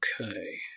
Okay